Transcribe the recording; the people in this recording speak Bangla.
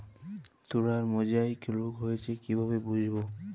তুলার মোজাইক রোগ হয়েছে কিভাবে বুঝবো?